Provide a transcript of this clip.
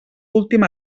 últim